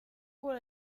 por